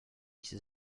ses